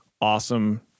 awesome